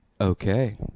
Okay